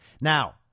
Now